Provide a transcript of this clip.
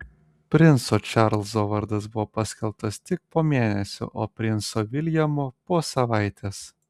princo čarlzo vardas buvo paskelbtas tik po mėnesio o princo viljamo po savaitės